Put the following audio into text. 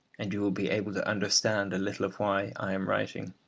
and you will be able to understand a little of why i am writing,